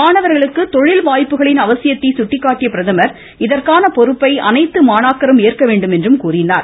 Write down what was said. மாணவர்களுக்கு தொழில் வாய்ப்புகளின் அவசியத்தை சுட்டிக்காட்டிய பிரதமர் இதற்கான பொறுப்பை அனைத்து மாணாக்கரும் ஏற்க வேண்டும் என்று கூறினார்